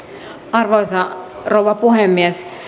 arvoisa rouva puhemies